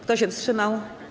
Kto się wstrzymał?